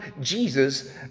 Jesus